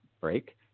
break